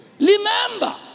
Remember